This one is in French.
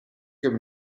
comme